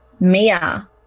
Mia